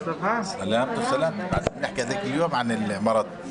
לחדש את ישיבת ועדת העבודה, הרווחה והבריאות,